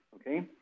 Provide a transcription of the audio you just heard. okay